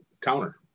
counter